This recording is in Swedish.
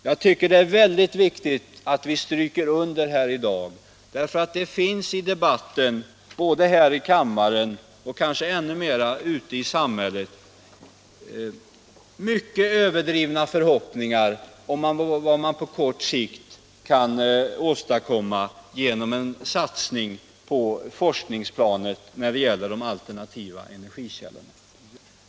Jag tycker det är väldigt viktigt att vi stryker under detta här i dag, för det finns i debatten, både här i kammaren och kanske ännu mera ute i samhället, mycket överdrivna förhoppningar om vad man på kort sikt kan åstadkomma genom en satsning på forskningsplaner när det gäller de alternativa energikällorna.